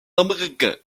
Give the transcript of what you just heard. américain